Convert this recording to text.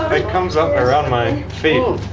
it comes up around my feet.